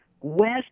West